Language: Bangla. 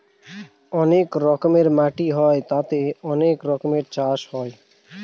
অনেক রকমের মাটি হয় তাতে অনেক রকমের চাষ হয়